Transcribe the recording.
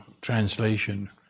translation